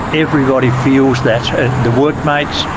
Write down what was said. everybody feels that the workmates,